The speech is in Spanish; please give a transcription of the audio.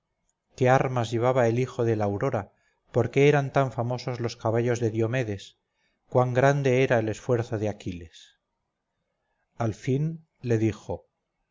qué armas llevaba el hijo de la aurora por qué eran tan famosos los caballos de diomedes cuán grande era el esfuerzo de aquiles al fin le dijo